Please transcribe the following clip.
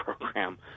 program